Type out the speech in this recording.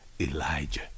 Elijah